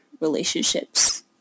relationships